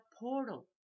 portal